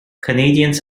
canadians